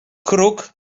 kruk